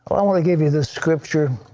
i want to give you this scripture.